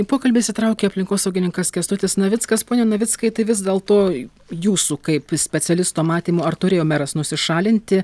į pokalbį įsitraukia aplinkosaugininkas kęstutis navickas pone navickai tai vis dėl to į jūsų kaip specialisto matymu ar turėjo meras nusišalinti